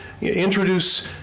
introduce